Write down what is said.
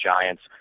giants